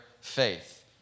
faith